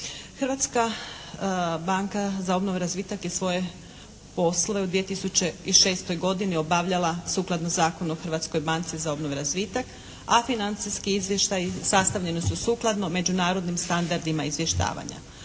Hrvatska banka za obnovu i razvitak je svoje poslove u 2006. godini obavljala sukladno Zakonu o Hrvatskoj banci za obnovu i razvitak, a financijski izvještaj sastavljeni su sukladno međunarodnim standardima izvještavanja.